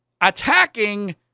attacking